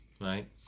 right